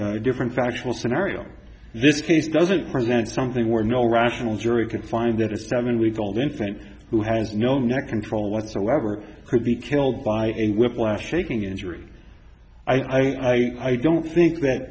a different factual scenario this case doesn't present something where no rational jury can find that a seven week old infant who has no neck control whatsoever for the killed by whiplash shaking injury i don't think that